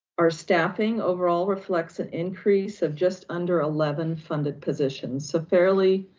our staffing overall reflects an increase of just under eleven funded positions. so fairly,